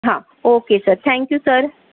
हां okay sir thank you sir